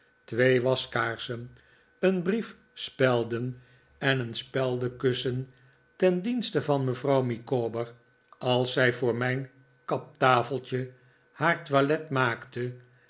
twee waskaarsen een brief spelden en een speldenkussen ten dienste van mevrouw micawber als zij voor mijn kaptafeltje haar toilet maakte